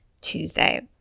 Tuesday